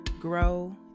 grow